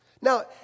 Now